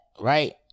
right